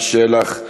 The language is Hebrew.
שלח,